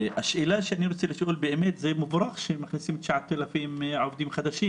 זה באמת מבורך שמכניסים 9,000 עובדים חדשים,